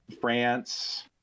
France